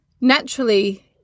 naturally